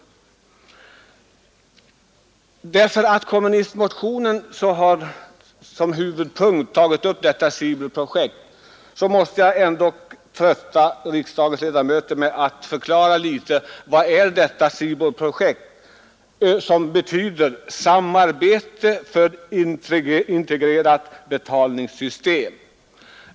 På grund av att kommunistmotionen som huvudpunkt tagit upp SIBOL-projektet måste jag trötta riksdagens ledamöter med att förklara litet vad detta SIBOL-projekt är — bokstäverna betyder Samarbete för integrerat betalningssystem.